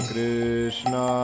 Krishna